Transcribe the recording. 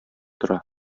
тора